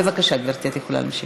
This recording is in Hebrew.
בבקשה, גברתי, את יכולה להמשיך.